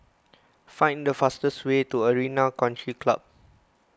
find the fastest way to Arena Country Club